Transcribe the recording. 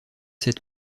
sept